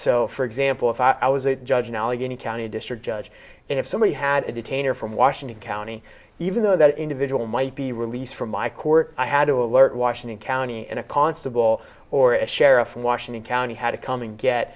so for example if i was a judge in allegheny county district judge and if somebody had a detainer from washington county even though that individual might be released from my court i had to alert washington county and a constable or a sheriff from washington county had to come and get